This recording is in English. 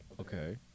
Okay